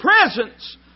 presence